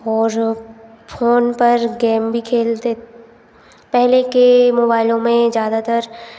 और फ़ोन पर गैम भी खेलते पहले के मोबाइलों में ज़्यादातर